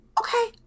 Okay